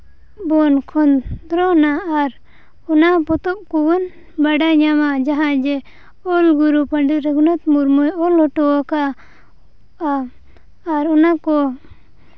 ᱵᱚᱱ ᱠᱷᱚᱸᱫᱽᱨᱚᱱᱟ ᱟᱨ ᱚᱱᱟ ᱯᱚᱛᱚᱵ ᱠᱚᱵᱚᱱ ᱵᱟᱰᱟᱭ ᱧᱟᱢᱟ ᱡᱟᱦᱟᱸᱭ ᱡᱮ ᱚᱞ ᱜᱩᱨᱩ ᱯᱚᱱᱰᱤᱛ ᱨᱚᱜᱷᱩᱱᱟᱛᱷ ᱢᱩᱨᱢᱩᱭ ᱚᱞ ᱦᱚᱴᱚᱣᱟᱠᱟᱜᱼᱟ ᱟᱨ ᱚᱱᱟ ᱠᱚ